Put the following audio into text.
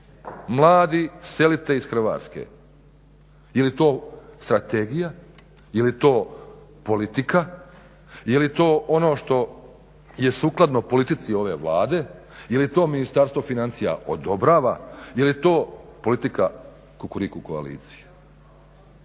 mladi selite iz Hrvatske. Je li to strategija, je li to politika, je li to ono što je sukladno politici ove Vlade, je li to Ministarstvo financija odobrava, je li to politika Kukuriku koalicije?